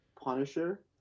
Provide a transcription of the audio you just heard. Punisher